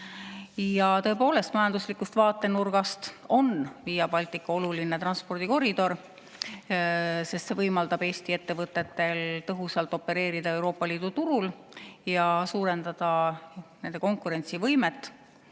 Tõepoolest, majanduslikust vaatenurgast on Via Baltica oluline transpordikoridor, sest see võimaldab Eesti ettevõtetel tõhusalt opereerida Euroopa Liidu turul ja suurendada oma konkurentsivõimet.